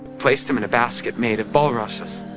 placed him in a basket made of bulrushes,